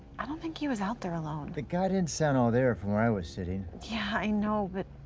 i don't think he was out there alone. the guy didn't sound all there from where i was sitting. yeah i know but